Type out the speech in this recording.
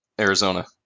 Arizona